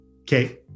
Okay